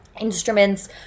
instruments